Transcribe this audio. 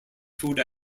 food